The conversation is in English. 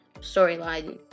storyline